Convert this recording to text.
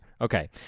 Okay